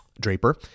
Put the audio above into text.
Draper